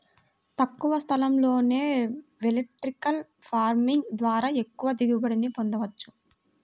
తక్కువ స్థలంలోనే vertical farming ద్వారా ఎక్కువ దిగుబడిని పొందవచ్చు